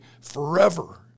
forever